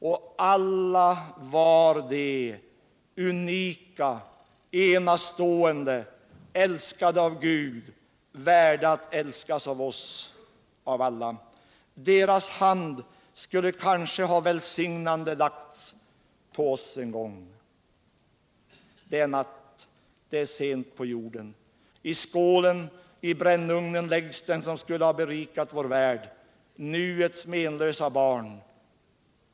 Och alla var de unika, enastående, älskade av Gud, värda att älskas av oss, av alla. Deras hand skulle kanske välsignande ha lagts på oss en gång. Det är natt. Det är sent på jorden. I skålen, i brännugnen, läggs den som skulle ha berikat vår värld, nuets menlösa barn.